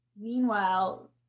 meanwhile